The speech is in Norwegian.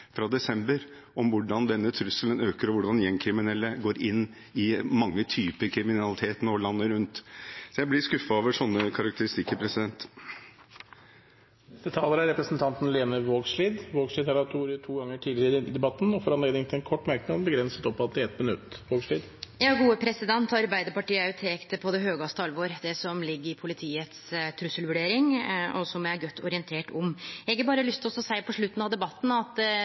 fra desember om hvordan denne trusselen øker, og hvordan gjengkriminelle nå går inn i mange typer kriminalitet landet rundt. Jeg blir skuffet over slike karakteristikker. Representanten Lene Vågslid har hatt ordet to ganger tidligere og får ordet til en kort merknad, begrenset til 1 minutt. Arbeidarpartiet tek på største alvor det som ligg i politiets trusselvurdering, og som eg er godt orientert om. Eg har berre lyst til å seie på slutten av debatten at